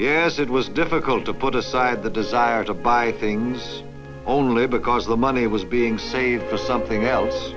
heirs it was difficult to put aside the desire to buy things only because the money was being saved for something else